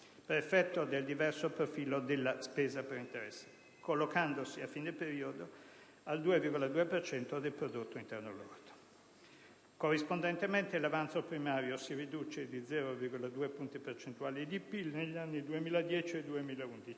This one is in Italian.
per effetto del diverso profilo della spesa per interessi, collocandosi a fine periodo al 2,2 per cento del prodotto interno lordo. Corrispondentemente, l'avanzo primario si riduce di 0,2 punti percentuali di PIL negli anni 2010 e 2011